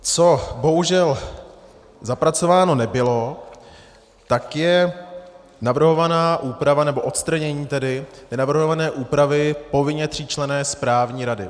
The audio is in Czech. Co bohužel zapracováno nebylo, je navrhovaná úprava, nebo odstranění tedy navrhované úpravy povinně tříčlenné správní rady.